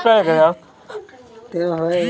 गेहूँ को किस प्रकार की फसलों में शामिल किया गया है?